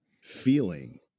feeling